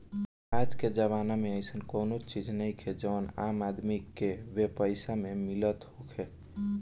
आजके जमाना में अइसन कवनो चीज नइखे जवन आम आदमी के बेपैसा में मिलत होखे